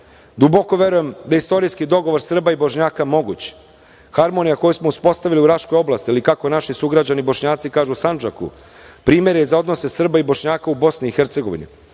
nju. Duboko verujem da je istorijski dogovor Srba i Bošnjaka moguć. Harmonija koju smo uspostavili u Raškoj oblasti, ili kako naši sugrađani Bošnjaci kažu – Sandžaku, primer je za odnose Srba i Bošnjaka u Bosni i Hercegovini.